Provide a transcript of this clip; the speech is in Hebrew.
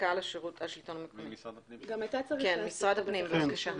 משרד הפנים, בבקשה.